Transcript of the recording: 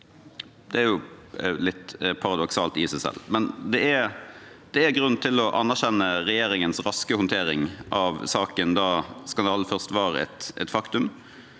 Det er jo litt paradoksalt i seg selv. Men det er grunn til å anerkjenne regjeringens raske håndtering av saken da skandalen først var et faktum.